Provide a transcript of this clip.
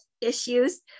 issues